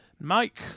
Mike